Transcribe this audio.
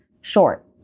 Short